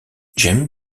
james